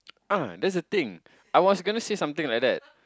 ah that's the thing I was gonna say something like that